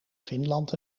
finland